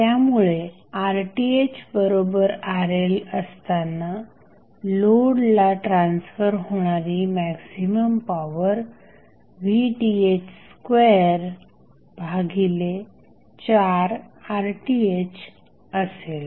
त्यामुळे RThRL असताना लोडला ट्रान्सफर होणारी मॅक्झिमम पॉवर VTh24RTh असेल